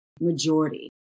majority